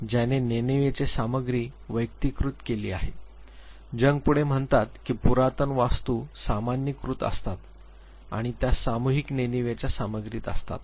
ज्याने नेणिवेची सामग्री वैयक्तिकृत केली जाते जंग पुढे म्हणतात की पुरातन वास्तू सामान्यीकृत असतात आणि त्या सामूहिक नेणिवेच्या सामग्रीत असतात